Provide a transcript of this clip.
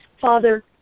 Father